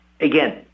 Again